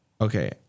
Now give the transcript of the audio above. Okay